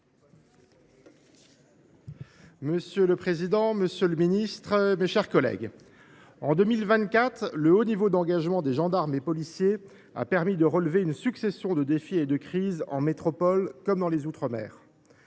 Monsieur le président, monsieur le ministre, mes chers collègues, en 2024, le haut niveau d’engagement des gendarmes et des policiers a permis de relever une succession de défis et de crises, à la fois en métropole et dans les outre mer.